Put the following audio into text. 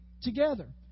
together